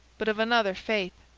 but of another faith.